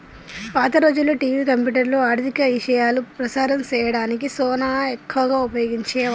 పాత రోజుల్లో టివి, కంప్యూటర్లు, ఆర్ధిక ఇశయాలు ప్రసారం సేయడానికి సానా ఎక్కువగా ఉపయోగించే వాళ్ళు